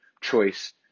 choice